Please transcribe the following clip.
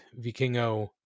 Vikingo